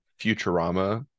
Futurama